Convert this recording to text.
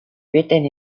written